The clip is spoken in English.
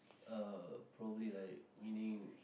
uh probably like meaning